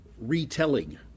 retelling